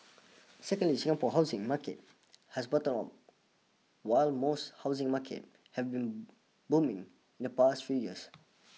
secondly Singapore's housing market has bottomed out while most housing markets have been booming in the past few years